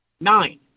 Nine